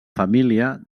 família